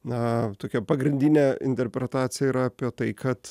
na tokia pagrindinė interpretacija yra apie tai kad